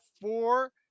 four